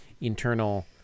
internal